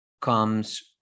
comes